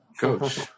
Coach